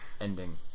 ending